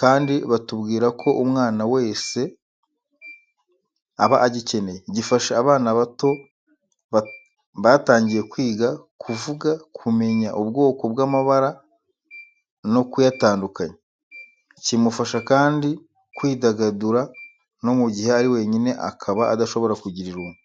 kandi batubwira ko umwana wese aba agikeneye. Gifasha abana bato batangiye kwiga kuvuga, kumenya ubwoko bw'amabara no kuyatandukanya. Kimufasha kandi kwidagadura no mu gihe ari wenyine akaba adashobora kugira irungu.